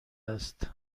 است